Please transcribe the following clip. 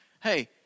Hey